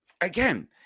again